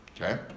Okay